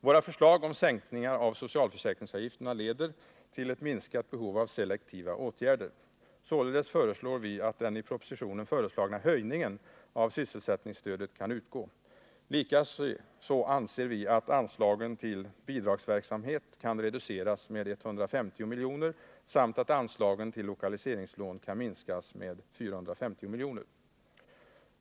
Våra förslag om sänkningar av socialförsäkringsavgifterna leder till ett minskat behov av selektiva åtgärder. Således föreslår vi att den i propositionen förordade höjningen av sysselsättningsstödet kan utgå. Likaså anser vi att anslagen till bidragsverksamhet kan reduceras med 150 miljoner samt att anslagen till lokaliseringslån kan minskas med 450 miljoner.